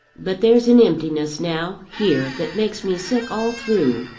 but there's an emptiness now here that makes me sick all through,